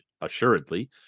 assuredly